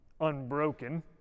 Unbroken